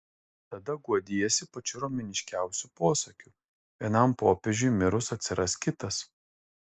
tada guodiesi pačiu romėniškiausiu posakiu vienam popiežiui mirus atsiras kitas